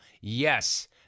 Yes